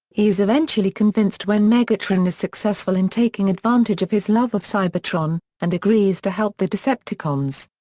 he is eventually convinced when megatron is successful in taking advantage of his love of cybertron, and agrees to help the decepticons.